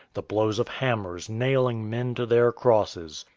the blows of hammers nailing men to their crosses.